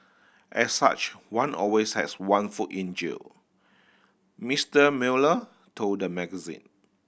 as such one always has one foot in jail Mister Mueller told the magazine